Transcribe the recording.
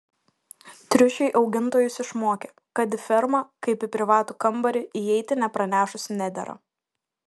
triušiai augintojus išmokė kad į fermą kaip į privatų kambarį įeiti nepranešus nedera